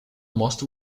most